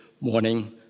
morning